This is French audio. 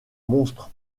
monstre